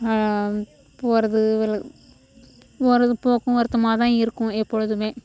போகிறது போகிறது போக்கும்வரத்தும்மா தான் இருக்கும் எப்பொழுதுமே